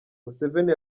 museveni